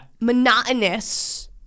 Monotonous